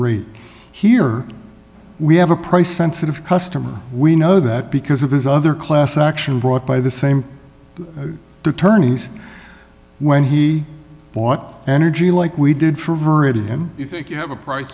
rate here we have a price sensitive customer we know that because of his other class action brought by the same attorneys when he bought energy like we did for variety and you have a price